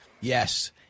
Yes